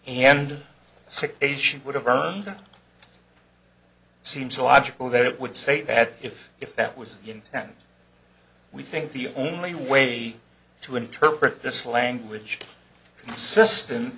earned seems illogical that it would say that if if that was and we think the only way to interpret this language consistent